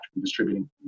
distributing